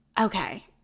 okay